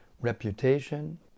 reputation